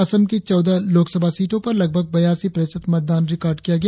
असम की चौदह लोकसभा सीटों पर लगभग बयासी प्रतिशत मतदान रिकॉर्ड किया गया